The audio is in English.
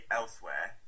elsewhere